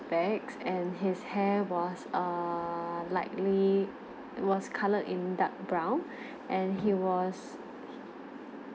specs his hair was err lightly was coloured in dark brown and he was